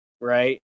right